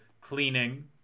cleaning